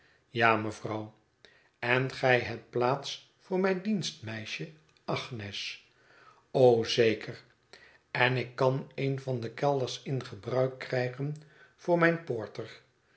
ja mevrouw en gij hebt plaats voor mijn dienstmeisje agnes zeker en ik kan een van de kelders in gebruik krijgen voor mijn porter